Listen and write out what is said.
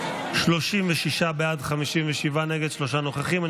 בעד, 36, נגד, 57, שלושה נוכחים.